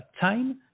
time